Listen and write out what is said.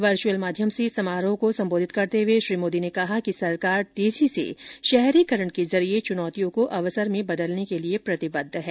virtual माध्यम से समारोह को संबोधित करते हए श्री मोदी ने कहा कि सरकार तेजी से शहरीकरण के जरिये चुनौतियों को अवसर में बदलने के लिए प्रतिबद्ध है